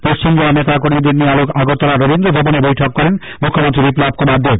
পশ্চিম জেলার নেতাকর্মীদের নিয়ে আগরতলা রবীন্দ্র ভবনে বৈঠক করেন মুখ্যমন্ত্রী বিপ্লব কুমার দেব